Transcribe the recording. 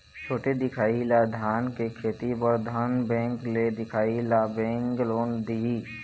छोटे दिखाही ला धान के खेती बर धन बैंक ले दिखाही ला बैंक लोन दिही?